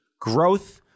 growth